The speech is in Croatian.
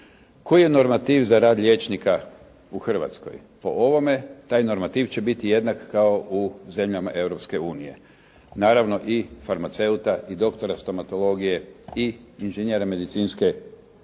Koji je normativ za rad liječnika u Hrvatskoj? Po ovome taj normativ će biti jednak kao u zemljama Europske unije, naravno i farmaceuta i doktora stomatologije i inženjera medicinske